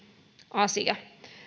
asia